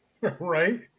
Right